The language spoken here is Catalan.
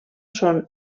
són